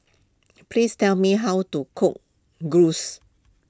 please tell me how to cook Gyros